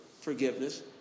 forgiveness